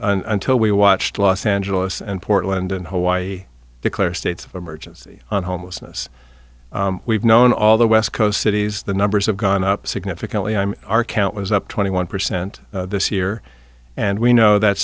pushing until we watched los angeles and portland and hawaii declare states of emergency homelessness we've known all the west coast cities the numbers have gone up significantly i'm our count was up twenty one percent this year and we know that